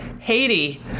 Haiti